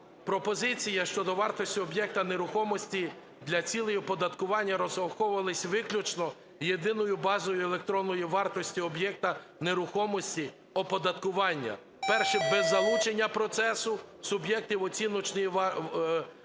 Пропозиція щодо вартості об'єкта нерухомості для цілей оподаткування розраховувались виключно Єдиною базою електронною вартості об'єкта нерухомості оподаткування. Перше – без залучення процесу суб'єктів оціночної діяльності.